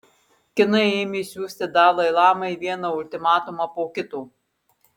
kinai ėmė siųsti dalai lamai vieną ultimatumą po kito